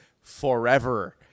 Forever